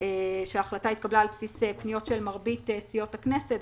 שההחלטה התקבלה על בסיס פניות של מרבית סיעות הכנסת,